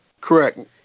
Correct